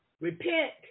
repent